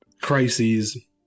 crises